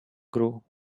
grow